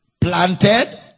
planted